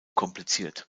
kompliziert